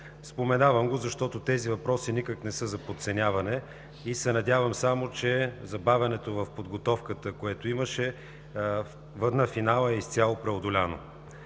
Споменавам го, защото тези въпроси никак не са за подценяване и се надявам само, че забавянето в подготовката, което имаше, на финала изцяло е преодоляно.